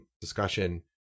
discussion